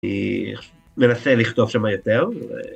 ‫אה.. מנסה לכתוב שמה יותר.